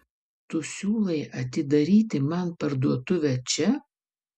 tu siūlai atidaryti man parduotuvę čia